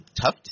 Tough